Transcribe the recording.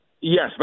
Yes